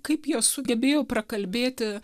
kaip jie sugebėjo prakalbėti